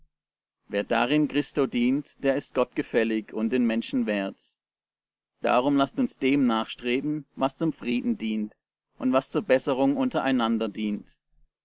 wer darin christo dient der ist gott gefällig und den menschen wert darum laßt uns dem nachstreben was zum frieden dient und was zur besserung untereinander dient